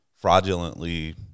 fraudulently